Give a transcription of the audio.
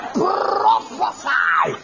prophesy